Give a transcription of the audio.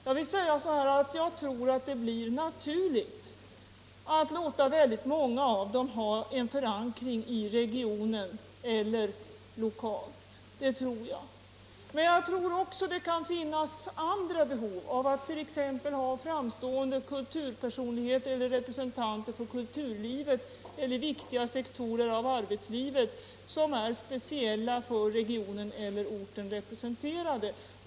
Jag tror att det blir naturligt att många av dem har en förankring i regionen eller lokalt. Men jag tror också att det kan finnas andra behov. T. ex. att ha med framstående kulturpersonligheter och representanter för kulturlivet eller för viktiga sektorer av arbetslivet som är speciella för orten eller regionen.